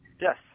yes